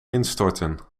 instorten